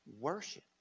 worship